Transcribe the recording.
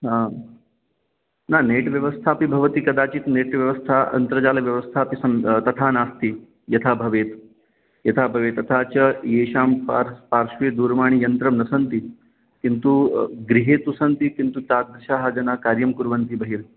हा न नेट् व्यवस्थापि भवति कदाचित् नेट् व्यवस्था अन्तर्जालव्यवस्थापि तथा नास्ति यथा भवेत् यथा भवेत् तथा च येषां पार्श् पार्श्वे दूरवाणीयन्त्रं न सन्ति किन्तु गृहे तु सन्ति किन्तु तादृशाः जनाः कार्यं कुर्वन्ति बहिः